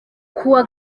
kuwa